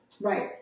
Right